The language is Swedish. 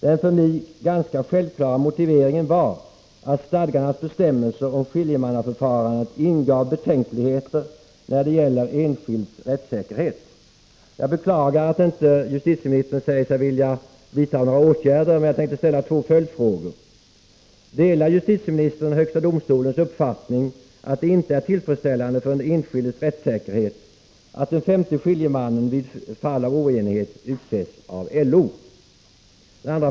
Den för mig ganska självklara motiveringen var att stadgarnas bestämmelser om skiljemannaförfarandet ingav betänkligheter när det gäller enskilds rättssäkerhet. Jag beklagar att justitieministern inte säger sig vilja vidta några åtgärder, och jag tänkte ställa två följdfrågor. Delar justitieministern högsta domstolens uppfattning att det inte är tillfredsställande för den enskildes rättssäkerhet att den femte skiljemannen i fall av oenighet utses av LO?